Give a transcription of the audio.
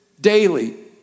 daily